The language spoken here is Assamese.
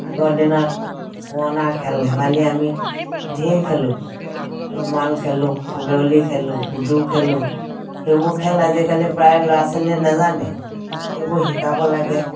আগৰ দিনত পুৰণা খেল ধেমালি আমি ঢেৰ খেলোঁ ৰুমাল খেলোঁ ঘূগেওলি খেলোঁ গুডু খেলোঁ সেইবোৰ খেল আজিকালি প্ৰায় ল'ৰা ছোৱালীয়ে নেজানেই সেইবোৰ শিকাব লাগে